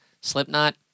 Slipknot